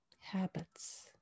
habits